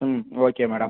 ம் okay madam